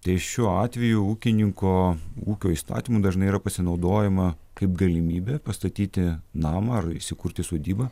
tai šiuo atveju ūkininko ūkio įstatymu dažnai yra pasinaudojama kaip galimybė pastatyti namą ar įsikurti sodybą